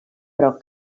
però